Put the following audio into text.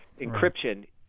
encryption